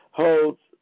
holds